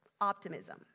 Optimism